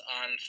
on